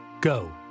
Go